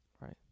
right